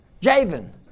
Javen